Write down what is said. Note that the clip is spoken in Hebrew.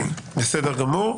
בסדר גמור.